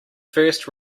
first